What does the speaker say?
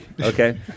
Okay